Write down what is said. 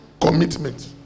commitment